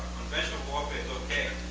conventional warfare's ok.